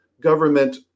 government